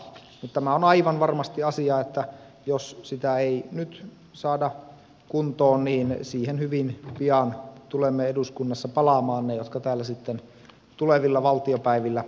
mutta tämä on aivan varmasti sellainen asia että jos sitä ei nyt saada kuntoon niin siihen hyvin pian tulemme eduskunnassa palaamaan he jotka täällä tulevilla valtiopäivillä työtä tekevät